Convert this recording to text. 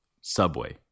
Subway